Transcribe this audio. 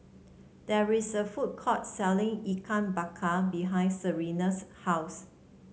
there is a food court selling Ikan Bakar behind Serena's house